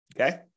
Okay